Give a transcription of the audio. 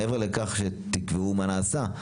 מעבר לכך שתקבעו מה נעשה,